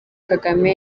kagame